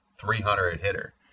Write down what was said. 300-hitter